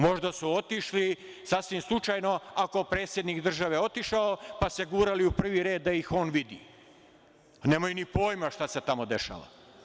Možda su otišli sasvim slučajno, ako je predsednik države otišao, pa se gurali u prvi red da ih on vidi, a nemaju pojma šta se tamo dešava.